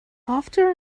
after